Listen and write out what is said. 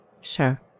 Sure